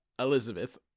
Elizabeth